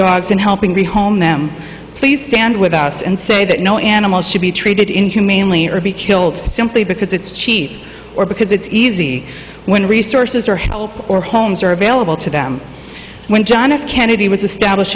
dogs and helping to home them please stand with us and say that no animal should be treated inhumanely or be killed simply because it's cheap or because it's easy when resources are help or homes are available to them when john f kennedy